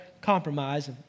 compromise